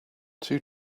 two